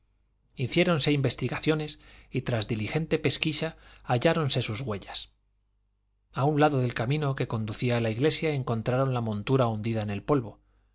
montar hiciéronse investigaciones y tras diligente pesquisa halláronse sus huellas a un lado del camino que conducía a la iglesia encontraron la montura hundida en el polvo